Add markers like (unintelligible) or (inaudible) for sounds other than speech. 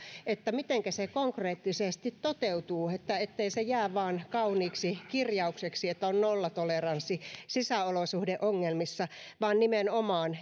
mitenkä se konkreettisesti toteutuu ettei se jää vain kauniiksi kirjaukseksi että on nollatoleranssi sisäolosuhdeongelmissa vaan nimenomaan (unintelligible)